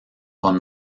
con